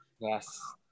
Yes